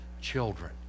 children